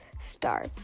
star